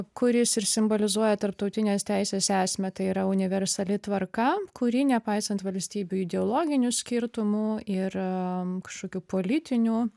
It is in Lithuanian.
kuris ir simbolizuoja tarptautinės teisės esmę tai yra universali tvarka kuri nepaisant valstybių ideologinių skirtumų ir kažkokių politinių